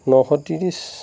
নশ ত্ৰিছ